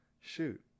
shoot